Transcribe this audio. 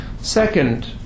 Second